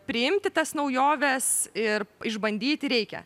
priimti tas naujoves ir išbandyti reikia